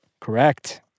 Correct